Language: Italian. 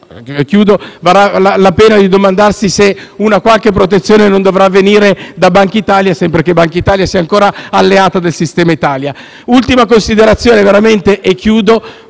Allora varrà la pena di domandarsi se una qualche protezione non dovrà venire da Bankitalia, sempre che essa sia ancora alleata del sistema Italia. Ultima considerazione: la manovra deve